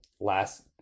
last